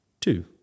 two